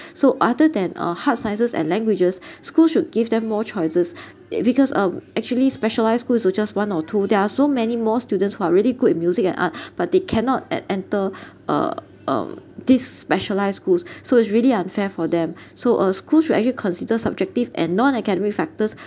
so other than uh hard sciences and languages school should give them more choices because um actually specialised schools is just one or two there are so many more students who are really good in music and art but they cannot at enter uh um these specialised schools so it's really unfair for them so uh schools should actually consider subjective and non-academic factors